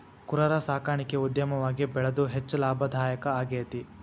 ಕುರರ ಸಾಕಾಣಿಕೆ ಉದ್ಯಮವಾಗಿ ಬೆಳದು ಹೆಚ್ಚ ಲಾಭದಾಯಕಾ ಆಗೇತಿ